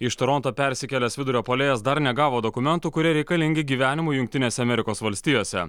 iš toronto persikėlęs vidurio puolėjas dar negavo dokumentų kurie reikalingi gyvenimui jungtinėse amerikos valstijose